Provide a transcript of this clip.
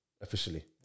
officially